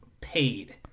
paid